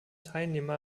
teilnehmer